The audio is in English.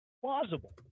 plausible